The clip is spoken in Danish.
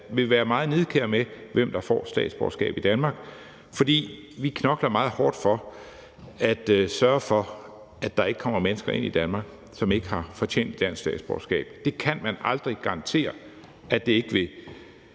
vil være meget nidkære med, hvem der får et statsborgerskab i Danmark. For vi knokler meget hårdt for at sørge for, at der ikke kommer mennesker ind i Danmark, som ikke har fortjent et dansk statsborgerskab. Det kan man aldrig garantere ikke vil